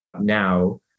now